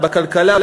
בכלכלה,